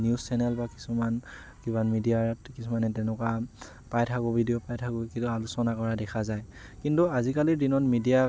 news channel বা কিছুমান কিবা মিডিয়াৰ কিছুমান তেনেকুৱা পাই থাকোঁ ভিডিঅ' পাই থাকোঁ যিটো আলোচনা কৰা দেখা যায় কিন্তু আজিকালিৰ দিনত মিডিয়া